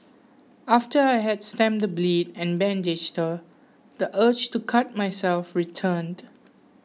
after I helped stem the bleed and bandaged her the urge to cut myself returned